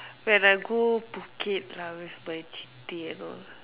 when I go Phuket lah with my சித்தி:siththi and all